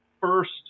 first